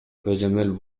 көзөмөл